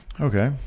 okay